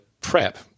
prep